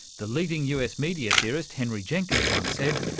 the leading us media theorist henry jenkins once said,